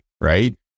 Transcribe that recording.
right